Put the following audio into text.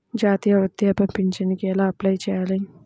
జాతీయ వృద్ధాప్య పింఛనుకి ఎలా అప్లై చేయాలి?